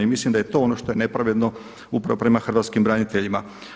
I mislim da je to ono što je nepravedno upravo prema hrvatskim braniteljima.